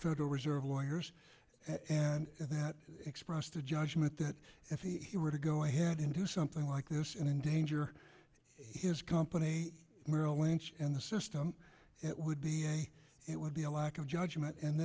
federal reserve lawyers that expressed a judgment that if he were to go ahead and do something like this in endanger his company merrill lynch and the system it would be it would be a lack of judgment and